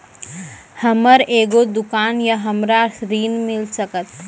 हमर एगो दुकान या हमरा ऋण मिल सकत?